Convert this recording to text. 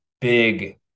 big